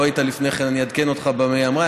לא היית לפני כן, אני אעדכן אותך מה היא אמרה.